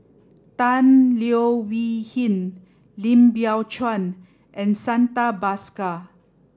Tan Leo Wee Hin Lim Biow Chuan and Santha Bhaskar